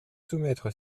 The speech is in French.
soumettre